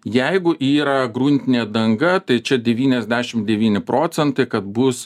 jeigu yra gruntinė danga tai čia devyniasdešim devyni procentai kad bus